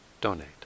donate